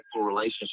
relationship